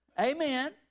Amen